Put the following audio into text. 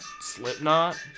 Slipknot